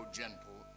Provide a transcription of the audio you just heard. gentle